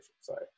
Sorry